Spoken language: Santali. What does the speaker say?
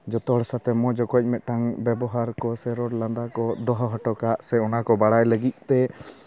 ᱡᱚᱛᱚᱦᱚᱲ ᱥᱟᱛᱮᱜ ᱢᱚᱡᱽ ᱚᱠᱚᱡ ᱢᱤᱫᱴᱟᱝ ᱵᱮᱵᱚᱦᱟᱨ ᱠᱚ ᱥᱮ ᱨᱚᱲ ᱞᱟᱸᱫᱟ ᱠᱚ ᱫᱚᱦᱚ ᱦᱚᱴᱚ ᱠᱟᱜ ᱥᱮ ᱚᱱᱟ ᱠᱚ ᱵᱟᱲᱟᱭ ᱞᱟᱹᱜᱤᱫ ᱛᱮ